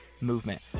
movement